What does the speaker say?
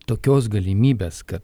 tokios galimybės kad